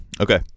Okay